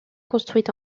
construite